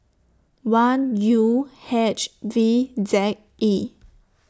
one U H V Z E